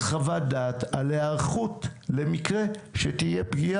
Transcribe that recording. אתם יושבים כאן בשביל העם, לא בשביל עצמכם.